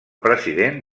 president